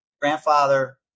grandfather